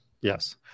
Yes